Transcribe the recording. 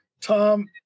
tom